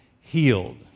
healed